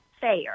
fair